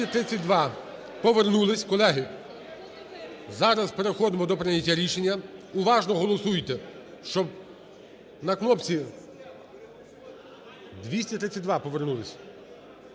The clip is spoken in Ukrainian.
За-232 Повернулися, колеги. Зараз переходимо до прийняття рішення. Уважно голосуйте, щоб на кнопці… 232 – повернулися.